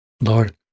Lord